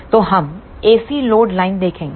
तो हम AC load line देखेंगे